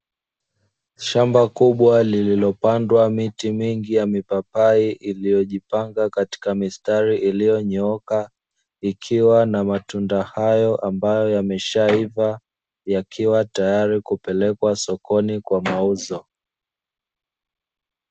Shamba kubwa lililopandwa miti mingi ya mipapai iliyojipanga katika mistari iliyonyooka, ikiwa na matunda hayo ambayo yameshaiva yakiwa tayari kupelekwa sokoni kwa mauzo.